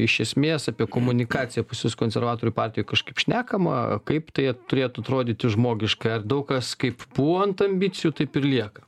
iš esmės apie komunikaciją pas jus konservatorių partijoj kažkaip šnekama kaip tai turėtų atrodyti žmogiškai ar daug kas kaip pū ambicijų taip ir lieka